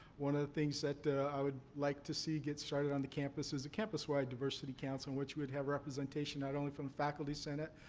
one of the things that i would like to see get started on the campus is a campus-wide diversity council in which we'd have representation, not only from the faculty senate,